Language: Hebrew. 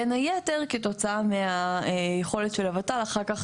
בין היתר כתוצאה מהיכולת של הוות"ל אחר כך